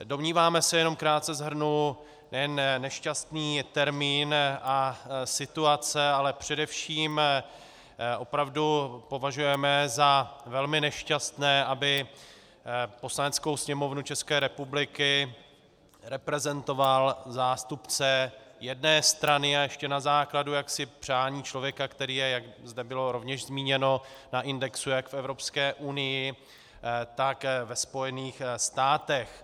Domníváme se, jenom krátce shrnu, nejen nešťastný termín a situace, ale především opravdu považujeme za velmi nešťastné, aby Poslaneckou sněmovnu České republiky reprezentoval zástupce jedné strany, a ještě na základě přání člověka, který je, jak zde bylo rovněž zmíněno, na indexu jak v Evropské unii, tak ve Spojených státech.